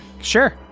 Sure